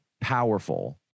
powerful